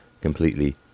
completely